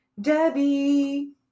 Debbie